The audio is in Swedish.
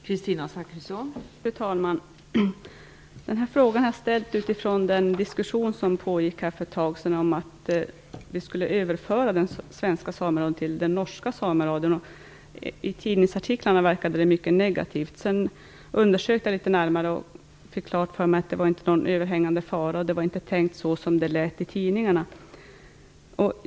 Fru talman! Jag har ställt min fråga utifrån den diskussion som pågick här för ett tag sedan om att vi skulle överföra den svenska sameradion till den norska sameradion. I tidningsartiklarna framstod detta som något mycket negativt. Jag har sedan undersökt saken litet närmare och fått klart för mig att det inte är någon överhängande fara. Det var inte tänkt så som det framställdes i tidningarna.